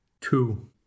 two